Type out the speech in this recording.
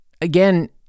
Again